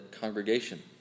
congregation